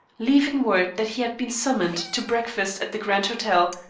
leaving word that he had been summoned to breakfast at the grand hotel,